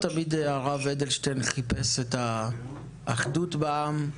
הרב אדלשטיין תמיד חיפש את האחדות בעם,